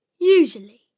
Usually